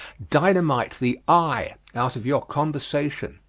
dynamite the i out of your conversation.